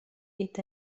est